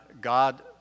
God